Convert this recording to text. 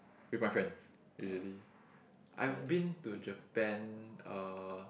with my friends usually I've been to Japan uh